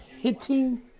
hitting